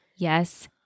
Yes